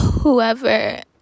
whoever